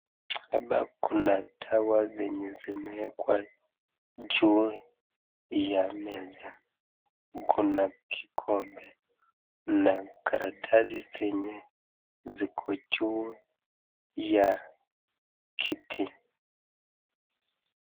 Hapa kuna dawa zenye zimewekwa juu ya meza , kuna kikombe na karatasi zenye ziko juu ya kiti.